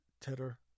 Titter